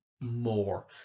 More